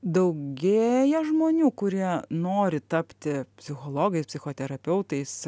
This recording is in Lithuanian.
daugėja žmonių kurie nori tapti psichologais psichoterapeutais